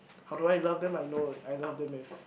how do I love them I know I love them if